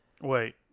Wait